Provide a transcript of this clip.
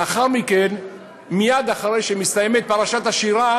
לאחר מכן, מייד אחרי שמסתיימת פרשת השירה,